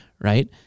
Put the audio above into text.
Right